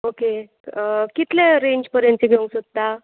okay कितले range पर्यंतची घेवंक सोदता